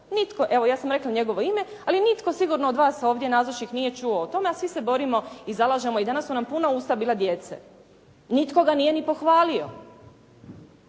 evo ja sam rekla njegovo ime, ali nitko sigurno od vas ovdje nazočnih nije čuo o tome, a svi se borimo i zalažemo i danas su nam puna usta bila djece. Nitko ga nije ni pohvalio.